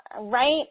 right